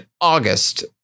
August